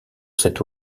cette